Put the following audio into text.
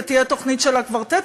ותהיה תוכנית של הקוורטט,